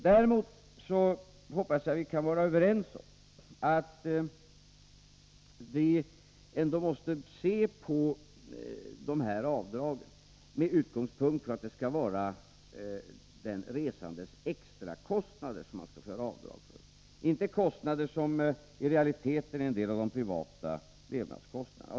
Däremot hoppas jag att vi kan vara överens om att vi ändå måste se på dessa avdrag med utgångspunkt i att det skall vara den resandes extrakostnader som skall vara avdragsberättigade. Det skall inte vara kostnader som i realiteten är en del av de privata levnadskostnaderna.